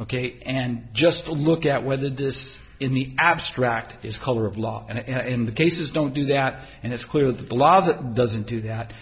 ok and just look at whether this in the abstract is color of law and in the cases don't do that and it's clear that the law that doesn't do that